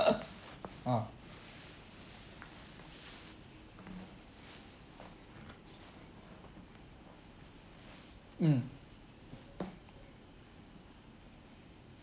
ah mm